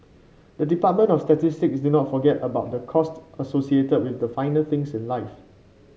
the Department of Statistics did not forget about the cost associated with the finer things in life